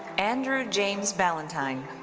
andrew james ballantine.